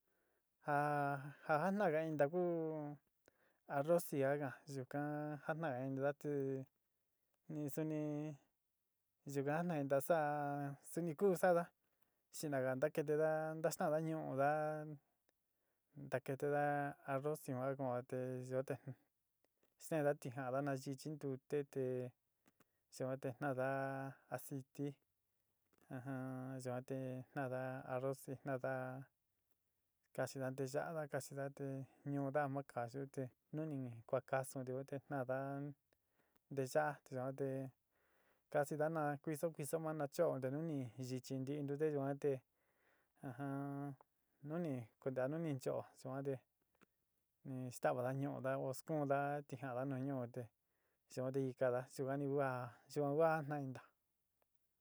Ja ja jantnaga intá ku arrozi ka ka'án, yuka jantaga inndaá te in suni yuka ka jitna saa suni kuú sa'ada, xinaga ntakitidaa, nasta'anna ñu'u-dá ntakitidá arroz yuan ku tee yu te sa'anda tija'ana nachi chin ntute te yuan te ta'anda aciti ajann yuan te tannda arrozi tandaá kaxina ntii ya'ana kaxina te ñuuda ja ma kayu te nuni ni kua kasu tu yuan te tandaá nteyá yuan te kasudaa nu kuiso kuiso maa nu cho'o te nu ni yichi nti ntute yuan te ajamm nu ni konte a nu ni cho'o yuan te ni stavana ñu'u-da te ni eskuundaa tijaana nu ñuu te yuan te i kaáda yuka ni a yuan ku a jata'intda.